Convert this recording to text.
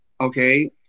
Okay